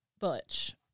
Butch